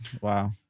Wow